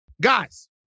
guys